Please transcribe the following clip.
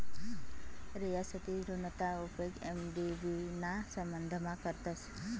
रियासती ऋणना उपेग एम.डी.बी ना संबंधमा करतस